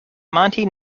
monty